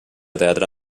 teatre